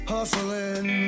Hustling